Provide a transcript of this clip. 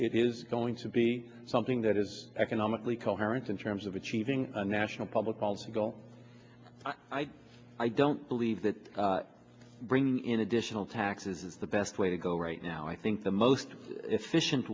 it is going to be something that is economically coherent in terms of achieving a national public policy goal i i don't believe that bringing in additional taxes is the best way to go right now i think the most efficient